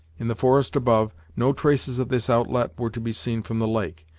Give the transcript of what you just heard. in the forest above, no traces of this outlet were to be seen from the lake,